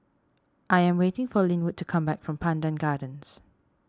I am waiting for Lynwood to come back from Pandan Gardens